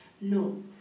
No